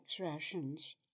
rations